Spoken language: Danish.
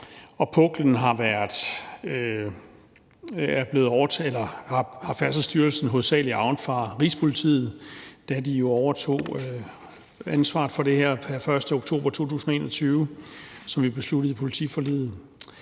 Puklen har Færdselsstyrelsen hovedsagelig arvet fra Rigspolitiet, da de overtog ansvaret for det her den 1. oktober 2021, som vi besluttede i politiforliget.